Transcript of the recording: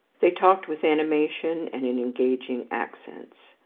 they talked with animation and in engaging accents.